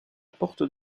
porte